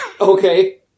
Okay